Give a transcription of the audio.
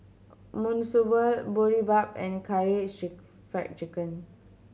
Monsunabe Boribap and Karaage Fried Chicken